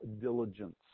diligence